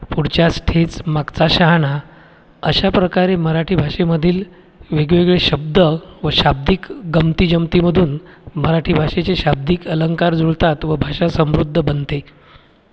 पुढच्यास ठेच मागचा शहाणा अशाप्रकारे मराठी भाषेमधील वेगळी वेगळी शब्द व शाब्दिक गमतीजमतींमधून मराठी भाषेचे शाब्दिक अलंकार जुळतात व भाषा समृद्ध बनते